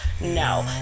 no